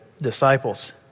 disciples